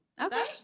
Okay